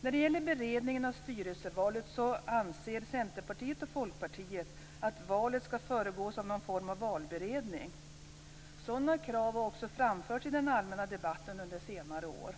När det gäller beredningen av styrelsevalet anser Centerpartiet och Folkpartiet att valet skall föregås av någon form av valberedning. Sådana krav har också framförts i den allmänna debatten under senare år.